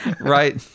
right